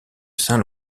saint